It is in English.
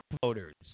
voters